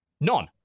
None